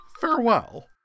Farewell